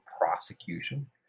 prosecution